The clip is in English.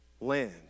land